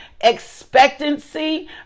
expectancy